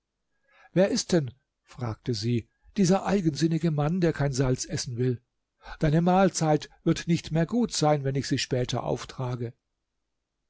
wer ist denn fragte sie dieser eigensinnige mann der kein salz essen will deine mahlzeit wird nicht mehr gut sein wenn ich sie später auftrage